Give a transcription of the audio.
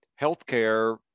Healthcare